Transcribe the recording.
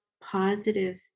positive